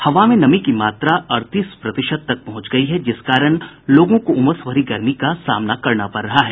हवा में नमी की मात्रा अड़तीस प्रतिशत तक पहुंच गयी है जिस कारण लोगों को उमस भरी गर्मी का सामना करना पड़ रहा है